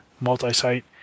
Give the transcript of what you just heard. multi-site